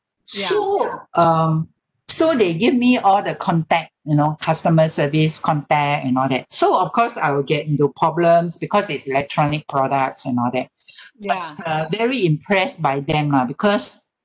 so um so they give me all the contact you know customer service contact and all that so of course I will get into problems because it's electronic products and all that but I was very impressed by them lah because